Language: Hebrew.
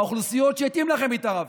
באוכלוסיות שהתאים לכם, התערבתם.